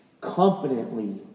confidently